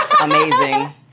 Amazing